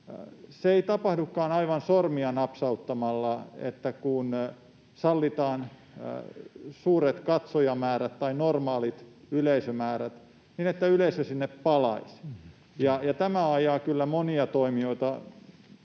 Se ei tapahdukaan aivan sormia napsauttamalla, että kun sallitaan suuret katsojamäärät, normaalit yleisömäärät, niin yleisö sinne palaisi. Tämä ajaa kyllä monia toimijoita